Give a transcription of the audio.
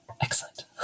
Excellent